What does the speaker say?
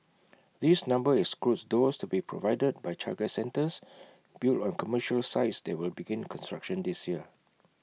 this number excludes those to be provided by childcare centres built on commercial sites that will begin construction this year